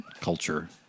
culture